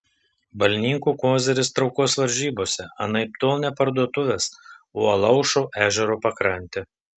balninkų koziris traukos varžybose anaiptol ne parduotuvės o alaušų ežero pakrantė